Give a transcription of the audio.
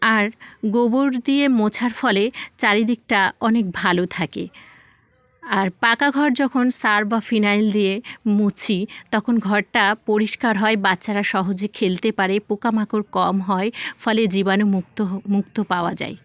আর গোবর দিয়ে মোছার ফলে চারিদিকটা অনেক ভালো থাকে আর পাকা ঘর যখন সার্ফ বা ফিনাইল দিয়ে মুছি তখন ঘরটা পরিষ্কার হয় বাচ্ছারা সহজে খেলতে পারে পোকামাকড় কম হয় ফলে জীবাণু মুক্ত মুক্ত পাওয়া যায়